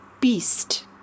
beast